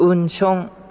उनसं